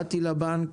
באתי לבנק,